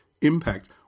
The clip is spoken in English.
impact